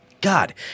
God